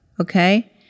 Okay